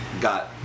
Got